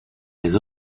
les